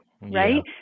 right